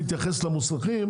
כשנתייחס למוסכים,